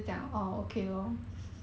orh